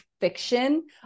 fiction